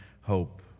hope